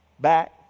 back